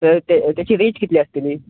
ते तेजी रेट कितली आसतली